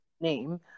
name